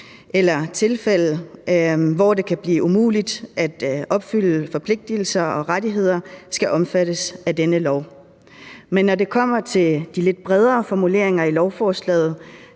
tilfælde, hvor det kan blive umuligt at opfylde forpligtigelser og rettigheder, skal omfattes af denne lov. Men når det kommer til de lidt bredere formuleringer i lovforslaget,